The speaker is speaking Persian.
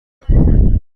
بودم